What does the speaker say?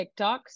TikToks